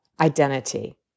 identity